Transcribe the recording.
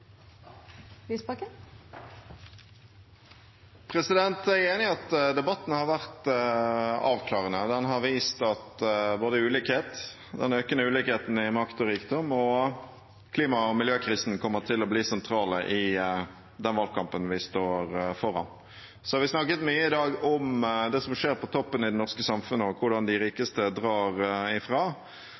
enig i at debatten har vært avklarende. Den har vist at både ulikhet, den økende ulikheten i makt og rikdom, og klima- og miljøkrisen kommer til å bli sentrale i den valgkampen vi står foran. Vi har snakket mye i dag om det som skjer på toppen i det norske samfunnet, og hvordan de rikeste drar ifra.